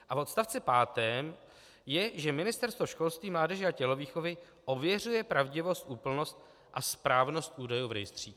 A v odstavci pátém je, že Ministerstvo školství, mládeže a tělovýchovy ověřuje pravdivost, úplnost a správnost údajů v rejstříku.